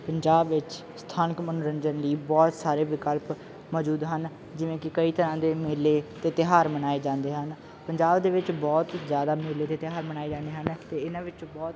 ਪੰਜਾਬ ਵਿੱਚ ਸਥਾਨਕ ਮਨੋਰੰਜਨ ਲਈ ਬਹੁਤ ਸਾਰੇ ਵਿਕਲਪ ਮੌਜੂਦ ਹਨ ਜਿਵੇਂ ਕਿ ਕਈ ਤਰ੍ਹਾਂ ਦੇ ਮੇਲੇ ਅਤੇ ਤਿਉਹਾਰ ਮਨਾਏ ਜਾਂਦੇ ਹਨ ਪੰਜਾਬ ਦੇ ਵਿੱਚ ਬਹੁਤ ਹੀ ਜ਼ਿਆਦਾ ਮੇਲੇ ਅਤੇ ਤਿਉਹਾਰ ਮਨਾਏ ਜਾਂਦੇ ਹਨ ਅਤੇ ਇਹਨਾਂ ਵਿੱਚੋਂ ਬਹੁਤ